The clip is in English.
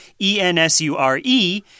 E-N-S-U-R-E